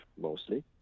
mostly